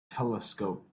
telescope